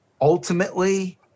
ultimately